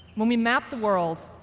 when we map the world,